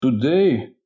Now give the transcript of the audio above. today